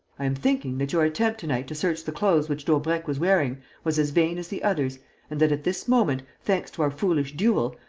i am thinking that your attempt to-night to search the clothes which daubrecq was wearing was as vain as the others and that, at this moment, thanks to our foolish duel,